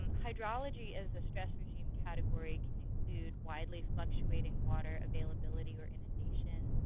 um hydrology as a stress regime category can include widely fluctuating water availability or inundation,